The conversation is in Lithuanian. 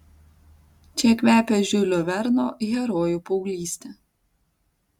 čia kvepia žiulio verno herojų paauglyste